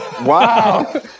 wow